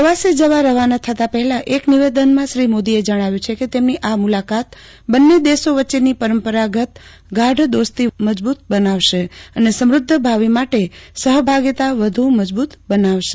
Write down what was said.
પ્રવાસે જવા રવાના થતાં પહેલા એક નિવેદનમાં શ્રી મોદીએ જણાવ્યું છે કે તેમની આ મુલાકાત બંન્ને દેશો વચ્ચેની પરંપરાગત ગાઢ દોસ્તી વધુ મજબુત બનાવશે અને સમુધ્ધ ભાવિ માટે સહભાગીતા વધુ મજબુત બનાવશે